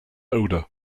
odor